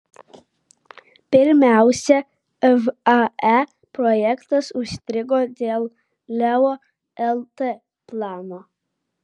pirmiausia vae projektas užstrigo dėl leo lt plano